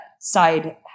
side